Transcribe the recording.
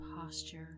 posture